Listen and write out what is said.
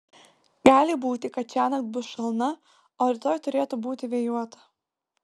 gali būti kad šiąnakt bus šalna o rytoj turėtų būti vėjuota